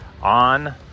on